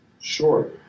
Sure